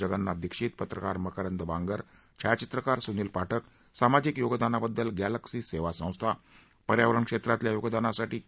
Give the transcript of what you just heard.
जगन्नाथ दीक्षित पत्रकार मकरंद बांगर छायाचित्रकार सूनील पाठक सामाजिक योगदानाबद्दल गॅलक्सी सेवा संस्था पर्यावरण क्षेत्रातल्या योगदानासाठी के